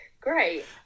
Great